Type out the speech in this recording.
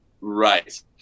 Right